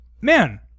man